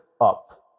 up